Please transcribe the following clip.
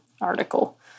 article